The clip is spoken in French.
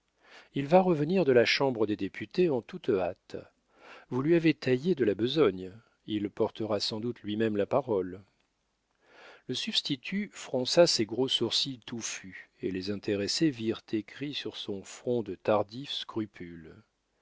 il va revenir de la chambre des députés en toute hâte vous lui avez taillé de la besogne il portera sans doute lui-même la parole le substitut fronça ses gros sourcils touffus et les intéressés virent écrits sur son front de tardifs scrupules